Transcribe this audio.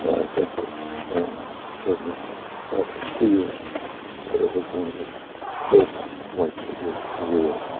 i think that stanton certainly felt and feels that it was one of the low points of his career,